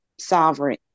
Sovereign